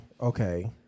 Okay